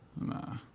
Nah